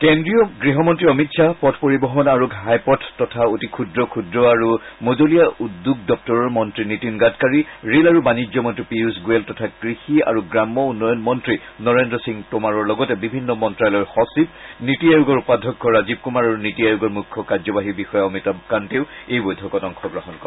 কেন্দ্ৰীয় গৃহমন্ত্ৰী অমিত শ্বাহ পথ পৰিবহন আৰু ঘাইপথ তথা অতি ক্ষুদ্ৰ ক্ষুদ্ৰ আৰু মজলীয়া উদ্যোগ দপ্তৰৰ মন্তী নীতিন গাডকাৰী ৰেল আৰু বাণিজ্য মন্তী পীয়ুজ গোৱেল তথা কৃষি আৰু গ্ৰাম্য উন্নয়ন মন্ত্ৰী নৰেন্দ্ৰ সিং টোমাৰৰ লগতে বিভিন্ন মন্ত্ৰালয়ৰ সচিব নীতি আয়োগৰ উপাধ্যক্ষ ৰাজীব কুমাৰ আৰু নীতি আয়োগৰ মুখ্য কাৰ্যবাহী বিষয়া অমিতাভ কান্তে এই বৈঠকত অংশগ্ৰহণ কৰে